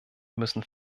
müssen